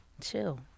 chill